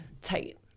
tight